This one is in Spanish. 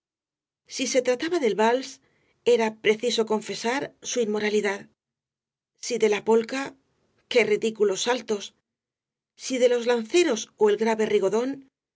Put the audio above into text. si se trataba del vals era preciso confesar su inmoralidad si de la polca qué ridículos saltos si de los lanceros ó el grave